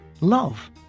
love